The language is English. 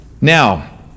Now